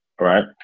right